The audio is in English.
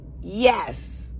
Yes